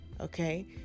Okay